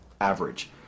Average